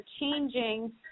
changing